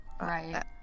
Right